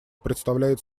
представляет